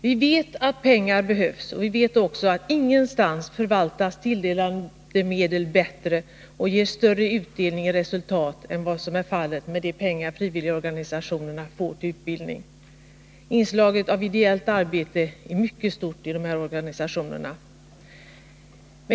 Vi vet att pengar behövs, och vi vet också att inga tilldelade medel förvaltas bättre och ger större utdelning än de pengar som frivilligorganisationerna får till utbildning. Inslaget av ideellt arbete är mycket stort i de här organisationerna.